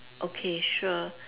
okay sure